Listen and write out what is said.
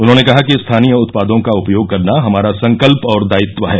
उन्होंने कहा कि स्थानीय उत्पादों का उपयोग करना हमारा संकल्प और दायित्व है